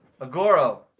Agoro